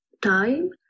time